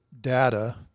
data